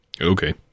okay